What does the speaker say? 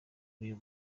uyu